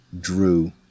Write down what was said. Drew